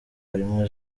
harimo